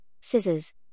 scissors